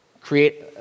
create